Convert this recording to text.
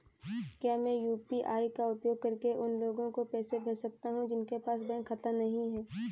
क्या मैं यू.पी.आई का उपयोग करके उन लोगों को पैसे भेज सकता हूँ जिनके पास बैंक खाता नहीं है?